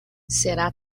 será